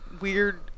weird